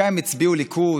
גם אם הצביעו ליכוד,